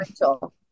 Rachel